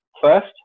first